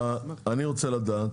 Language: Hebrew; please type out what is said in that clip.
אני רוצה לדעת,